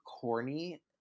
corny